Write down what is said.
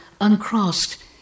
uncrossed